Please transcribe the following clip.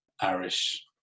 Irish